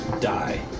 die